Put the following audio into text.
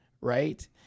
right